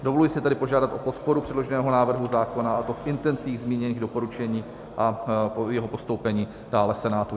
Dovoluji si tedy požádat o podporu předloženého návrhu zákona, a to v intencích zmíněných doporučení, a jeho postoupení dále Senátu.